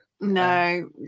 No